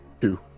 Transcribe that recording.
Two